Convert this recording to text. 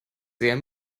sehr